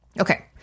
Okay